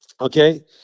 Okay